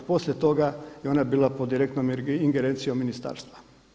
Poslije toga je ona bila pod direktnom ingerencijom ministarstva.